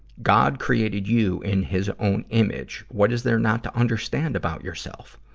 god created you in his own image. what is there not to understand about yourself?